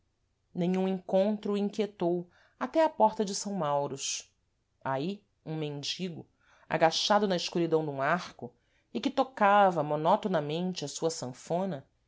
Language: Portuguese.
nenhum encontro o inquietou até à porta de s mauros aí um mendigo agachado na escuridão dum arco e que tocava monótonamente a sua sanfona